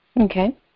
Okay